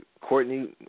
Courtney